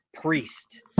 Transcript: Priest